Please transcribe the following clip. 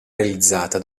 realizzata